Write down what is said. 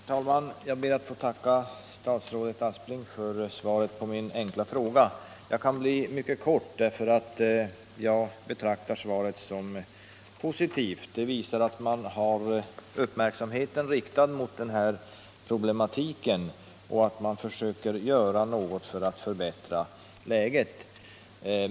Herr talman! Jag ber att få tacka statsrådet Aspling för svaret på min fråga. Jag kan fatta mig mycket kort, därför att jag betraktar svaret som positivt. Det visar att man har uppmärksamheten riktad mot den här problematiken och att man försöker göra något för att förbättra läget.